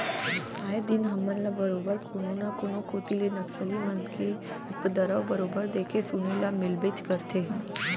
आए दिन हमन ल बरोबर कोनो न कोनो कोती ले नक्सली मन के उपदरव बरोबर देखे सुने ल मिलबेच करथे